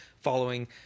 following